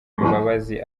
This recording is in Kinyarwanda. imbabazi